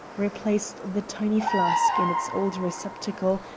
replaced the tiny flask in its old receptacle,